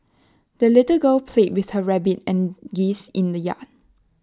the little girl played with her rabbit and geese in the yard